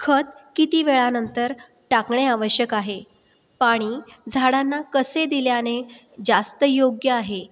खत किती वेळानंतर टाकणे आवश्यक आहे पाणी झाडांना कसे दिल्याने जास्त योग्य आहे